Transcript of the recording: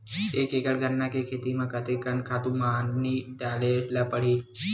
एक एकड़ गन्ना के खेती म कते कन खातु माटी डाले ल पड़ही?